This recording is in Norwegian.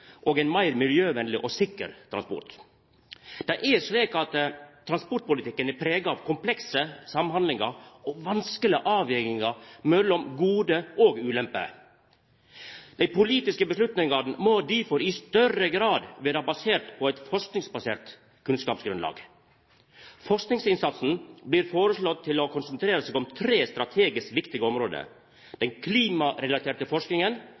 meir miljøvennleg og sikker transport. Det er slik at transportpolitikken er prega av komplekse samhandlingar og vanskelege avvegingar mellom gode og ulemper. Dei politiske beslutningane må difor i større grad vera tekne på eit forskingsbasert kunnskapsgrunnlag. Forskingsinnsatsen blir foreslått konsentrert om tre strategisk viktige område: den klimarelaterte forskinga,